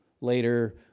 later